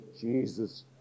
Jesus